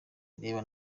irebe